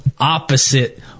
opposite